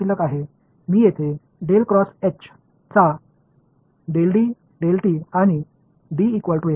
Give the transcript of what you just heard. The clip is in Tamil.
என்னிடம் என்ன மிச்சம் இருக்கிறது